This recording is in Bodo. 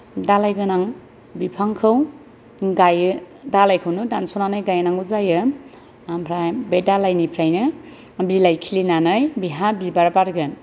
दालाय गोनां बिफांखौ गायो दालायखौनो दानस'नानै गायनांगौ जायो ओमफ्राय बे दालायनिफ्रायनो बिलाइ खिलिनानै बिहा बिबार बारगोन